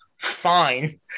fine